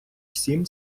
всім